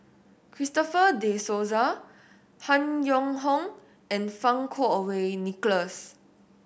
Christopher De Souza Han Yong Hong and Fang Kuo Wei Nicholas